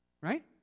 right